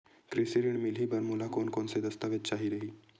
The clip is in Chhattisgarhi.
कृषि ऋण मिलही बर मोला कोन कोन स दस्तावेज चाही रही?